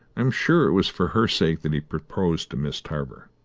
am sure it was for her sake that he proposed to miss tarver.